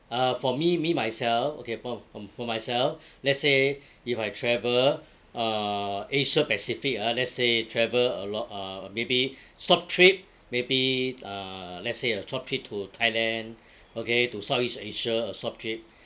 uh for me me myself okay for for for myself let's say if I travel uh asia pacific ah let's say travel a lot uh maybe short trip maybe uh let's say a short trip to thailand okay to southeast asia a short trip